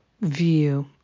view